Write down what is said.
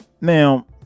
Now